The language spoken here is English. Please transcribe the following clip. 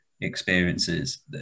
experiences